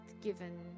given